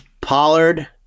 Pollard